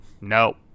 no